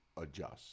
adjust